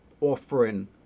offering